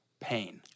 pain